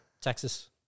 Texas